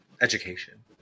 education